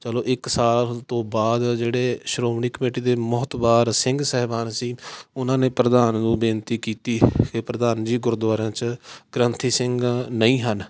ਚਲੋ ਇੱਕ ਸਾਲ ਤੋਂ ਬਾਅਦ ਜਿਹੜੇ ਸ਼੍ਰੋਮਣੀ ਕਮੇਟੀ ਦੇ ਮੁਹਤਬਾਰ ਸਿੰਘ ਸਾਹਿਬਾਨ ਸੀ ਉਹਨਾਂ ਨੇ ਪ੍ਰਧਾਨ ਨੂੰ ਬੇਨਤੀ ਕੀਤੀ ਕਿ ਪ੍ਰਧਾਨ ਜੀ ਗੁਰਦੁਆਰਿਆਂ 'ਚ ਗ੍ਰੰਥੀ ਸਿੰਘ ਨਹੀਂ ਹਨ